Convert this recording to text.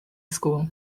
school